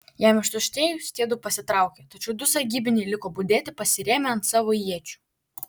jam ištuštėjus tie du pasitraukė tačiau du sargybiniai liko budėti pasirėmę ant savo iečių